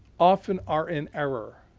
often are in error.